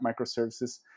microservices